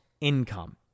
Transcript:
income